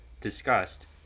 discussed